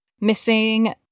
missing